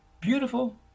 Beautiful